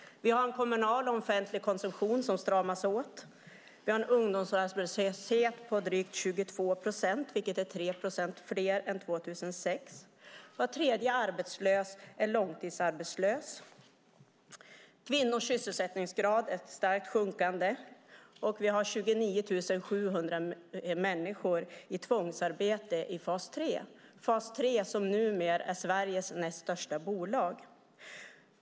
Vi har en kommunal och offentlig konsumtion som stramas åt. Vi har en ungdomsarbetslöshet på drygt 22 procent, vilket är 3 procent mer än 2006. Var tredje arbetslös är långtidsarbetslös, och kvinnors sysselsättningsgrad är starkt sjunkande. Vi har 29 700 människor i tvångsarbete i fas 3 som numera är Sveriges näst största bolag.